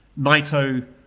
Naito